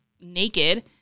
naked